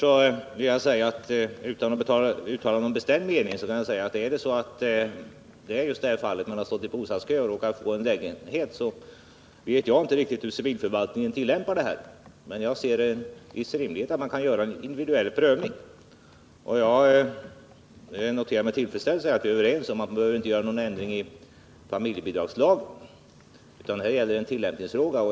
Herr talman! Helt kort vill jag säga, utan att uttala någon bestämd mening, att jag inte vet hur civilförvaltningen tillämpar reglerna just i det fall då någon stått i bostadskö och råkar få en lägenhet kort tid innan han skall göra värnplikten. Men jag ser det som rimligt att man kan göra en individuell prövning. Jag noterar med tillfredsställelse att vi är överens om att man inte behöver göra någon ändring i familjebidragslagen utan att det här är en tillämpningsfråga.